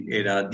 era